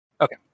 Okay